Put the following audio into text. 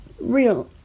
real